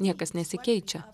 niekas nesikeičia